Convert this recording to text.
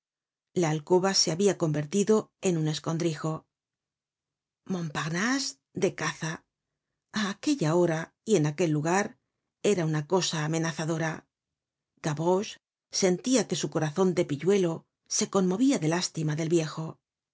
la alcoba se habia convertido en un escondrijo montparnase de caza á aquella hora y en aquel lugar era una cosa amenazadora gavroche sentía que su corazon de pilluelo se conmovía de lástima del viejo